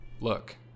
Look